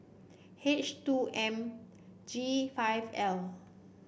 H two M G five L